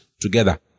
together